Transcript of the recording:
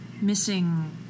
missing